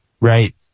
Right